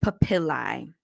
papillae